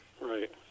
Right